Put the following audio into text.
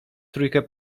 trójkę